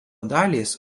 dalys